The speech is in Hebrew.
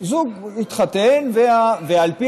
נישואים יהודיים, זוג